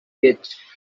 ditch